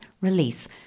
release